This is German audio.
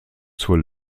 zur